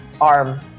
arm